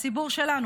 הציבור שלנו,